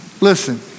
Listen